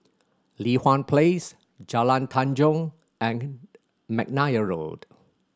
Li Hwan Place Jalan Tanjong and McNair Road